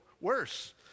worse